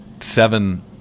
seven